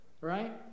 right